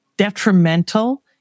Detrimental